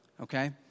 Okay